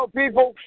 people